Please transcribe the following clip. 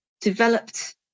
developed